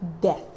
death